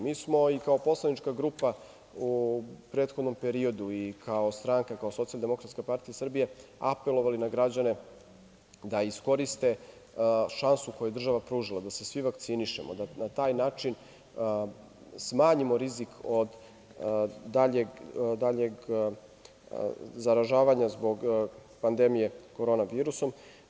Mi smo i kao poslanička grupa u prethodnom periodu i kao stranka, kao Socijaldemokratska partija Srbije apelovali na građane da iskoriste šansu koju je država pružila da se svi vakcinišemo, da na taj način smanjimo rizik od daljeg zaražavanja zbog pandemije korona virusom.